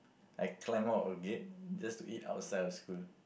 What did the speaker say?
I climb out of gate just to eat outside of school